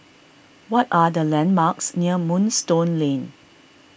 what are the landmarks near Moonstone Lane